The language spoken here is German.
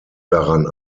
daran